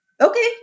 okay